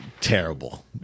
terrible